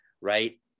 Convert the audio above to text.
right